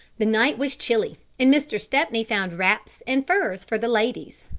the night was chilly and mr. stepney found wraps and furs for the ladies,